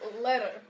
Letter